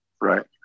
Right